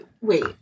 wait